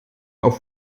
auf